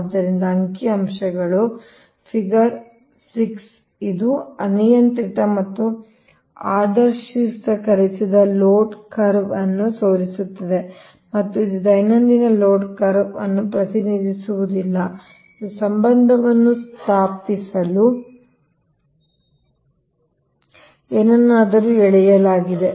ಆದ್ದರಿಂದ ಅಂಕಿಅಂಶಗಳು ಇದು ಫಿಗರ್ 6 ಇದು ಅನಿಯಂತ್ರಿತ ಮತ್ತು ಆದರ್ಶೀಕರಿಸಿದ ಲೋಡ್ ಕರ್ವ್ ಅನ್ನು ತೋರಿಸುತ್ತದೆ ಮತ್ತು ಇದು ದೈನಂದಿನ ಲೋಡ್ ಕರ್ವ್ ಅನ್ನು ಪ್ರತಿನಿಧಿಸುವುದಿಲ್ಲ ಇದು ಸಂಬಂಧವನ್ನು ಸ್ಥಾಪಿಸಲು ಏನನ್ನಾದರೂ ಎಳೆಯಲಾಗಿದೆ